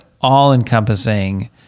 all-encompassing